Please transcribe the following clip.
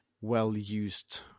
well-used